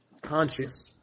Conscious